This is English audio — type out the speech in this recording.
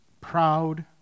proud